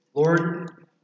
Lord